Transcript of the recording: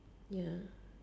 ya